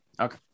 Okay